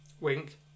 wink